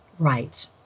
Right